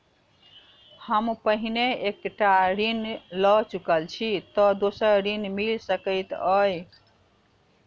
हम पहिने एक टा ऋण लअ चुकल छी तऽ दोसर ऋण मिल सकैत अई?